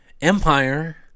Empire